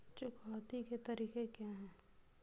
चुकौती के तरीके क्या हैं?